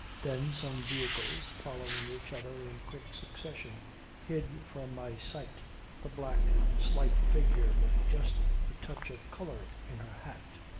then some vehicles following each other in quick succession hid from my sight the black slight figure with just a touch of colour in her hat.